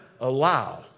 allow